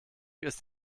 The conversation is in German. ist